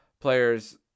players